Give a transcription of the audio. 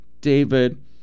David